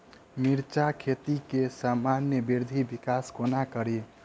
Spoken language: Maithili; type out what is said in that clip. मिर्चा खेती केँ सामान्य वृद्धि विकास कोना करि?